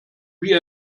wie